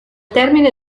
termine